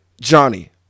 Johnny